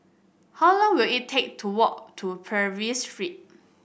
how long will it take to walk to Purvis Street